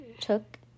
took